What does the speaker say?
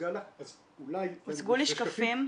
אולי --- הוצגו לי שקפים.